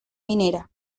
minera